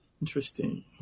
Interesting